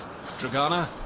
Dragana